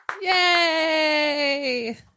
Yay